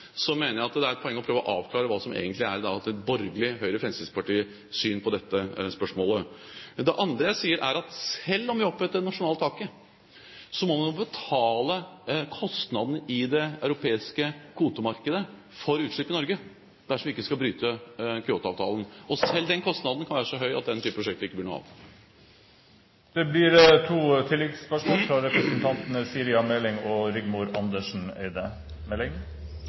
det et poeng å prøve å avklare hva som egentlig er et borgerlig, Høyre–Fremskrittsparti-syn på dette spørsmålet. Det andre jeg vil si, er at selv om vi har opprettet det nasjonale taket, må man betale kostnadene i det europeiske kvotemarkedet for utslipp i Norge dersom vi ikke skal bryte Kyoto-avtalen. Selv den kostnaden kan være så høy at den type prosjekter ikke blir noe av. Siri A. Meling – til oppfølgingsspørsmål. Kraftforedlende industri, prosessindustrien, har stolte tradisjoner i Norge. Det er mye viktig kompetanse i denne industrien, og